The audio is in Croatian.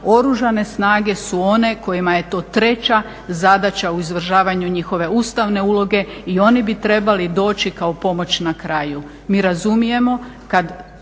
Oružane snage su one kojima je to treća zadaća u izvršavanju njihove ustavne uloge i oni bi trebali doći kao pomoć na kraju.